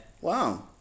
Wow